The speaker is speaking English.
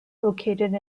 located